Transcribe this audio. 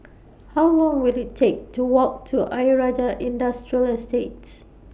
How Long Will IT Take to Walk to Ayer Rajah Industrial Estates